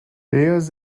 layers